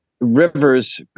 rivers